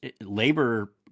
labor